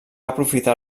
aprofitar